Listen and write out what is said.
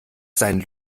seinen